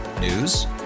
News